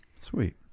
Sweet